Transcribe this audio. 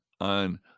on